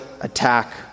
attack